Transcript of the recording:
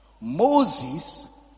Moses